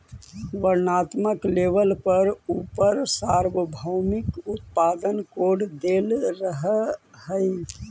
वर्णात्मक लेबल पर उपर सार्वभौमिक उत्पाद कोड देल रहअ हई